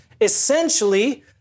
Essentially